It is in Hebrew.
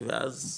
ואז